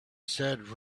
said